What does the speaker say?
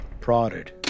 prodded